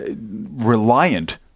reliant